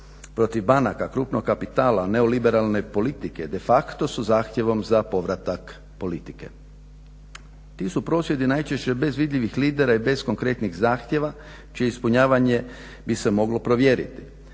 protiv banaka, krupnog kapitala, neoliberalne politike de facto su zahtjevom za povratak politike. Ti su prosvjedi najčešće bez vidljivih lidera i bez konkretnih zahtjeva čije ispunjavanje bi se moglo provjeriti